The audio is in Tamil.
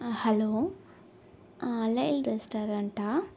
ஹலோ அல்லைல் ரெஸ்டாரன்ட்டா